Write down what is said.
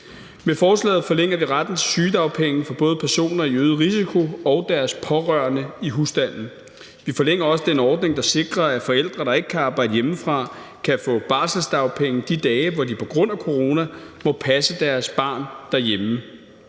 Med forslaget forlænger vi retten til sygedagpenge for både personer i øget risiko og deres pårørende i husstanden. Vi forlænger også den ordning, der sikrer, at forældre, der ikke kan arbejde hjemmefra, kan få barselsdagpenge de dage, hvor de på grund af corona må passe deres barn derhjemme.